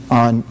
on